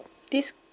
this